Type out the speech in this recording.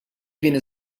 viene